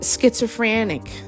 schizophrenic